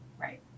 right